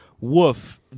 woof